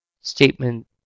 statement